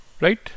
Right